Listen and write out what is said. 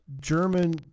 German